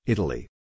Italy